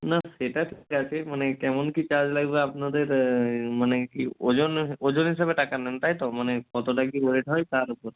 না সেটা ঠিক আছে মানে কেমন কী চার্জ লাগবে আপনাদের মানে কী ওজন ওজন হিসাবে টাকা নেন তাই তো মানে কতোটা কী ওয়েট হয় তার ওপর